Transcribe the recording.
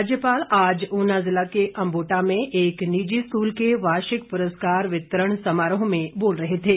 राज्यपाल आज ऊना जिला के अंबोटा में एक निजी स्कूल के वार्षिक पुरस्कार वितरण समारोह में बोल रहे थे